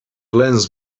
lens